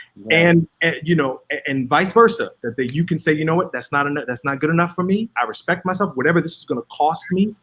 and and you know, and vice versa that that you can say, you know what, that's not and that's not good enough for me. i respect myself, whatever this is gonna cost me,